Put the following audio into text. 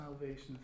salvation